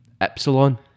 Epsilon